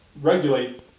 regulate